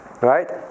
Right